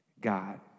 God